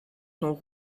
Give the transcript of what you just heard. sont